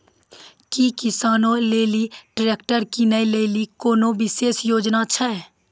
कि किसानो लेली ट्रैक्टर किनै लेली कोनो विशेष योजना छै?